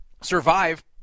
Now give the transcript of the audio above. survive